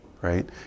right